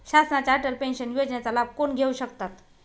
शासनाच्या अटल पेन्शन योजनेचा लाभ कोण घेऊ शकतात?